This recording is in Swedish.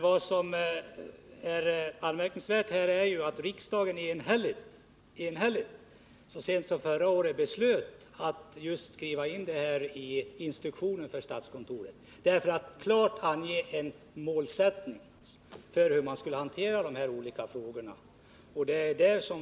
Vad som är anmärkningsvärt är att riksdagen enhälligt så sent som förra året beslöt att i instruktionen för statskontoret klart ange en målsättning för hur man skulle hantera dessa olika frågor.